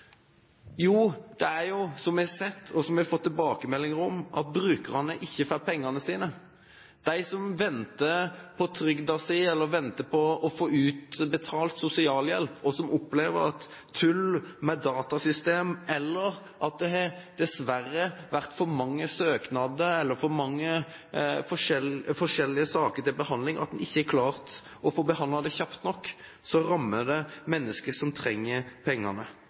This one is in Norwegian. som vi har sett, og som vi får tilbakemeldinger om, at brukerne ikke får pengene sine. De som venter på trygden sin eller venter på å få utbetalt sosialhjelp, opplever tull med datasystem, eller at det dessverre er for mange søknader eller så mange saker til behandling at man ikke klarer å få behandlet dem kjapt nok. Det rammer mennesker som trenger pengene.